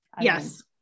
Yes